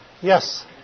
Yes